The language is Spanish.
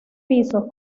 pisos